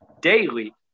daily